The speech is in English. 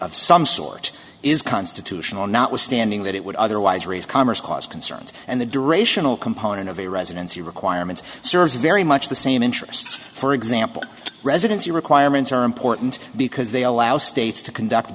of some sort is constitutional notwithstanding that it would otherwise raise commerce clause concerns and the durational component of a residency requirements serves very much the same interest for example residency requirements are important because they allow states to conduct